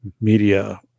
media